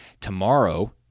tomorrow